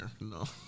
no